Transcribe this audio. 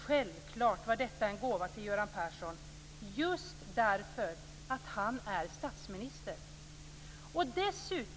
Självklart var detta en gåva till Göran Persson just därför att han är statsminister.